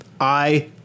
I-